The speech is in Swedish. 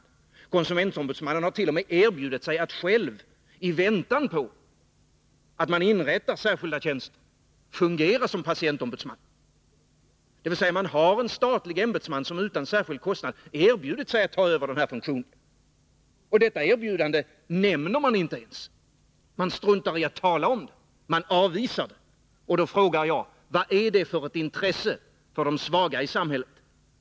Konsumentombudsmannen har t.o.m. erbjudit sig att själv, i väntan på att särskilda tjänster inrättas, fungera som patientombudsman — dvs. en statlig tjänsteman har erbjudit sig att utan särskild kostnad ta över denna funktion. Men det erbjudandet nämner man inte ens. Man struntar alltså i att tala om det och avvisar det därmed. Då frågar jag: Vad är det för intresse för de svaga i samhället?